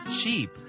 cheap